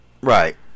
Right